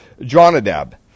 Jonadab